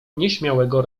nieśmiałego